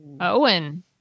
Owen